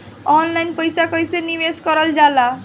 Online पईसा कईसे निवेश करल जाला?